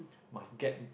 must get